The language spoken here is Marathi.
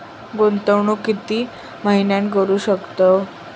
गुंतवणूक किती महिने करू शकतव?